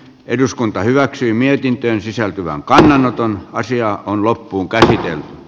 eduskunta hyväksyi mietintöön sisältyvän kannanoton asia on loppuun käsitelty